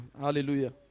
Hallelujah